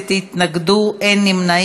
ההצעה להעביר